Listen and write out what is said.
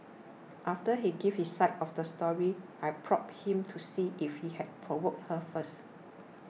after he gave his side of the story I probed him to see if he had provoked her first